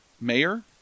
Mayor